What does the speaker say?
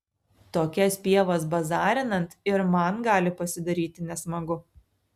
tokias pievas bazarinant ir man gali pasidaryti nesmagu